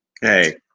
hey